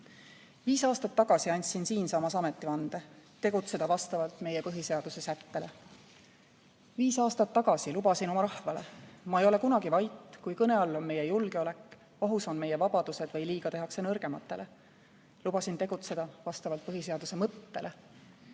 Viis aastat tagasi andsin siinsamas ametivande: tegutseda vastavalt meie põhiseaduse sättele. Viis aastat tagasi lubasin oma rahvale: ma ei ole kunagi vait, kui kõne all on meie julgeolek, ohus on meie vabadused või liiga tehakse nõrgematele. Lubasin tegutseda vastavalt põhiseaduse mõttele.